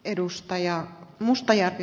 arvoisa puhemies